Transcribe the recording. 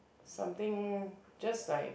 something just like